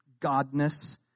Godness